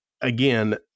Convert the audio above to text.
again